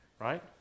right